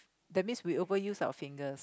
that means we overuse our fingers